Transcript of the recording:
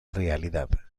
realidad